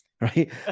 Right